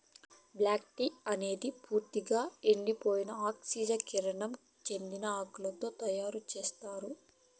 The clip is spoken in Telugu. బ్లాక్ టీ అనేది పూర్తిక ఎండిపోయి ఆక్సీకరణం చెందిన ఆకులతో తయారు చేత్తారు